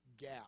gap